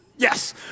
Yes